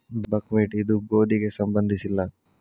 buckwheat ಇದು ಗೋಧಿಗೆ ಸಂಬಂಧಿಸಿಲ್ಲ